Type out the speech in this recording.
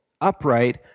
upright